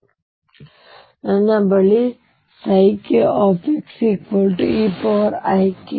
ಹಾಗಾಗಿ ನನ್ನ ಬಳಿ kxeikxnukxeiGnx ಇದೆ